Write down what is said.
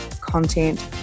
content